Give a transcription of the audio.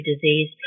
disease